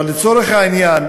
אבל לצורך העניין